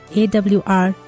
awr